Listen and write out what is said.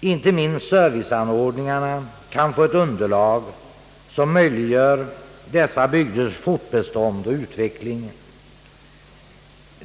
Inte minst serviceanordningarna kan få ett underlag som möjliggör dessa bygders fortbestånd och utveckling.